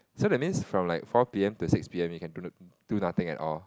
so that means from like four p_m to six p_m you can do do nothing at all